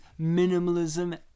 minimalism